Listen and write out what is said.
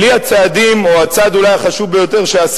בלי הצעדים או הצעד החשוב ביותר שעשה